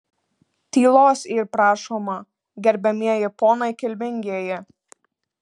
tylos yr prašoma gerbiamieji ponai kilmingieji